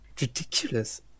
ridiculous